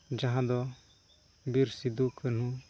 ᱡᱟᱦᱟᱸ ᱫᱚ ᱵᱤᱨ ᱥᱤᱫᱷᱩᱼᱠᱟᱹᱱᱦᱩ